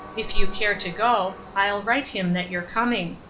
if you care to go, i'll write him that you're coming.